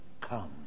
come